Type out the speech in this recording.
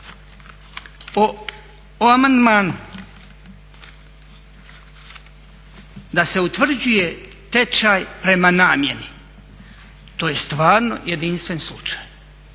O amandmanu da se utvrđuje tečaj prema namjeni, to je stvarno jedinstven slučaj.